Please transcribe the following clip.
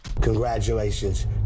Congratulations